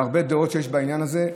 והרבה דעות יש בעניין הזה,